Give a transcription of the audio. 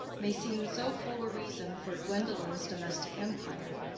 may seem so full a reason for gwendolen's domestic empire,